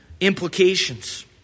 implications